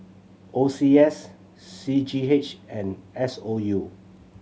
O C S C G H and S O U